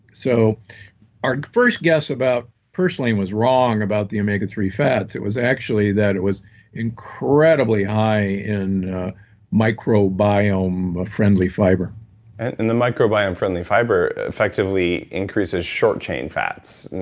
so our first guess about purslane was wrong about the omega three fats. it was actually that it was incredibly high in micro biome ah friendly fiber and the micro biome friendly fiber effectively increases short-chain fats.